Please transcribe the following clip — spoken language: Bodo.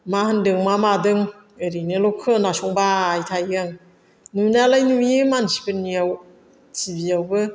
मा होनदों मा मादों ओरैनोल' खोनासंबाय थायो आं नुनायालाय नुयो मानसिफोरनियाव टि भि यावबो